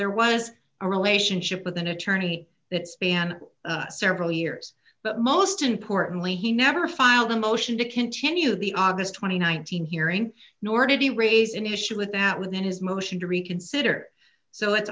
there was a relationship with an attorney that spanned several years but most importantly he never filed a motion to continue the aug twenty nine thousand hearing nor did he raise an issue with that within his motion to reconsider so